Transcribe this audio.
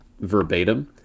verbatim